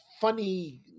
funny